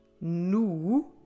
NU